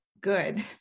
good